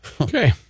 Okay